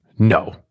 no